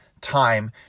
time